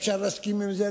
אפשר להסכים עם זה,